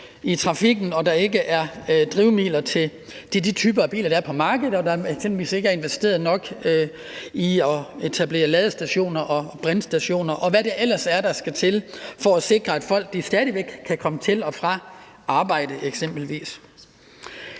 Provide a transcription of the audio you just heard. i trafikken og mangler drivmidler til de typer af biler, der er på markedet, fordi der f.eks. ikke er investeret nok i at etablere ladestationer og brintstationer, og hvad der ellers skal til for at sikre, at folk stadig væk kan komme til og fra arbejde. Nu drejer